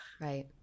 right